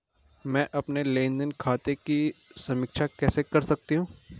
मैं अपने लेन देन खाते की समीक्षा कैसे कर सकती हूं?